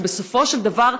שבסופו של דבר,